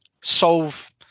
solve